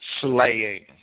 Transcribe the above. slaying